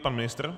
Pan ministr?